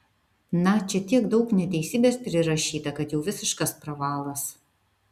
na čia tiek daug neteisybės prirašyta kad jau visiškas pravalas